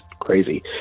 crazy